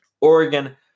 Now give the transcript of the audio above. Oregon